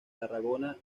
tarragona